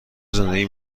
زندگی